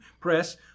press